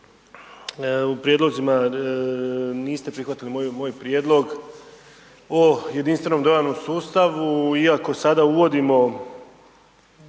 u prijedlozima niste prihvatili moj prijedlog o jedinstvenom dodanom sustavu iako sada uvodimo,